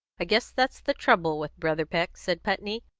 i guess that's the trouble with brother peck, said putney.